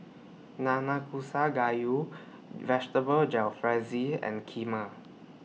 Nanakusa Gayu Vegetable Jalfrezi and Kheema